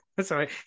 Sorry